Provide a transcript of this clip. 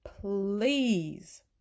please